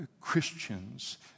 Christians